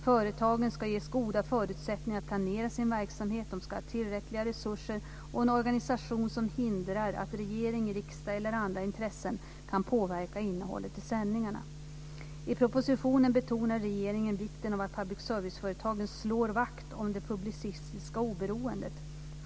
Företagen ska ges goda förutsättningar att planera sin verksamhet, de ska ha tillräckliga resurser och en organisation som hindrar att regering, riksdag eller andra intressen kan påverka innehållet i sändningarna. I propositionen betonar regeringen vikten av att public service-företagen slår vakt om det publicistiska oberoendet.